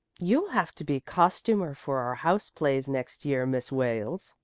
you'll have to be costumer for our house plays next year, miss wales,